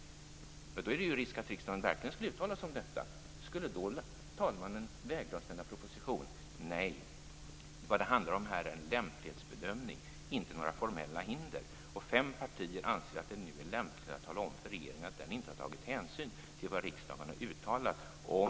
Det är då risk att riksdagen verkligen skulle uttala sig om detta. Skulle i så fall talmannen vägra att ställa proposition? Vad det handlar om här är en lämplighetsbedömning, inte några formella hinder. Fem partier anser att det nu är lämpligt att tala om för regeringen att den inte har tagit hänsyn till vad riksdagen har uttalat om